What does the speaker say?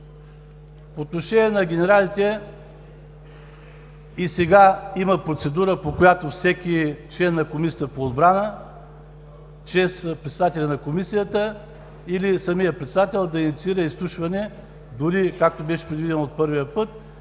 По отношение на генералите, и сега има процедура, по която всеки член на Комисията по отбрана чрез председателя на Комисията или самият председател може да инициира изслушване, дори, както беше предвидено от първия път,